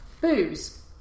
booze